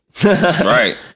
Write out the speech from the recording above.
Right